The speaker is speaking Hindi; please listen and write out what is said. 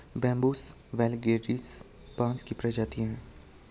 बैम्ब्यूसा वैलगेरिस बाँस की प्रजाति है